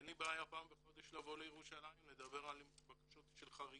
אין לי בעיה פעם בחודש לבוא לירושלים לדבר על בקשות של חריגים.